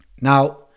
Now